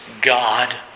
God